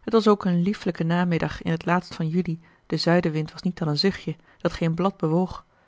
het was ook een liefelijke namiddag in t laatst van juli de zuidewind was niet dan een zuchtje dat geen blad bewoog